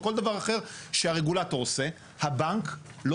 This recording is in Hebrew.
או כל דבר אחר שהרגולטור עושה - הבנק לא